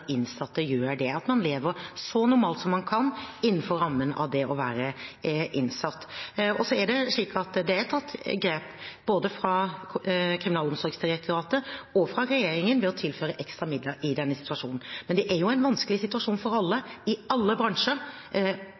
innsatte gjør det, at man lever så normalt som man kan innenfor rammen av det å være innsatt. Så er det tatt grep både fra Kriminalomsorgsdirektoratet og fra regjeringen ved å tilføre ekstra midler i denne situasjonen. Men det er jo en vanskelig situasjon for alle i alle bransjer